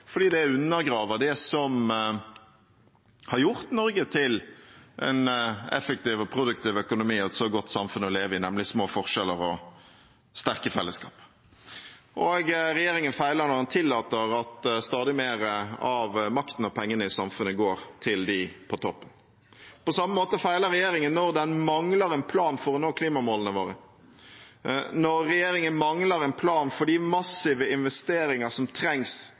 fordi det undergraver det som har gjort Norge til en effektiv og produktiv økonomi og et så godt samfunn å leve i, nemlig små forskjeller og sterke fellesskap. Og regjeringen feiler når den tillater at stadig mer av makten og pengene i samfunnet går til dem på toppen. På samme måte feiler regjeringen når den mangler en plan for å nå klimamålene våre, når regjeringen mangler en plan for de massive investeringene som trengs